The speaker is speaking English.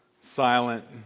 silent